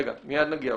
עוד רגע, מיד נגיע.